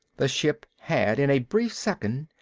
the ship had, in a brief second,